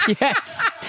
Yes